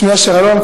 שמי אשר אלון,